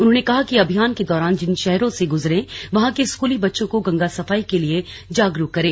उन्होंने कहा कि अभियान के दौरान जिन शहरों से गुजरें वहां के स्कूली बच्चों को गंगा सफाई के लिए जागरुक करें